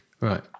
right